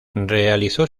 realizó